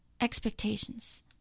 Expectations